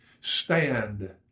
Stand